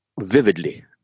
vividly